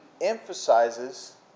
emphasizes